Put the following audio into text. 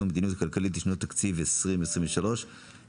המדיניות הכלכלית לשנות התקציב 2023 ו-2024),